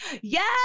yes